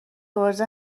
عرضه